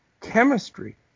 Chemistry